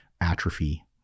atrophy